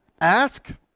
Ask